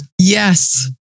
Yes